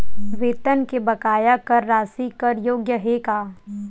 वेतन के बकाया कर राशि कर योग्य हे का?